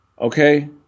Okay